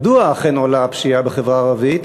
מדוע אכן עולה הפשיעה בחברה הערבית.